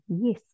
yes